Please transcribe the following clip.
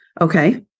Okay